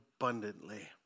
abundantly